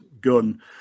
gun